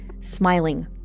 smiling